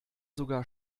sogar